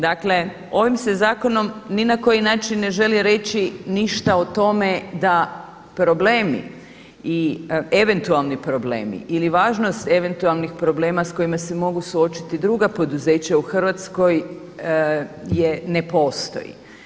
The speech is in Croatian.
Dakle, ovim se zakonom ni na koji način ne želi reći ništa o tome da problemi i eventualni problemi ili važnost eventualnih problema s kojima se mogu suočiti druga poduzeća u Hrvatskoj je ne postoji.